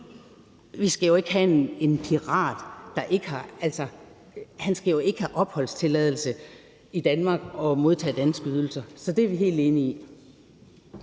vi skal jo ikke have en pirat; han skal jo ikke have opholdstilladelse i Danmark og modtage danske ydelser. Så det er vi helt enige i.